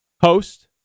host